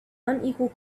unequal